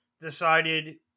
decided